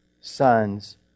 Sons